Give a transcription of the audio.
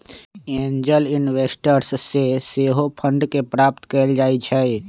angel investors से सेहो fund के प्राप्त कएल जाइ छइ